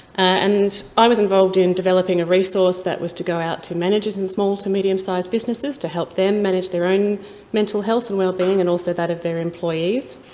and i was involved in developing a resource that was to go out to managers in small to medium-sized businesses to help them manage their own mental health and wellbeing, and also that of their employees.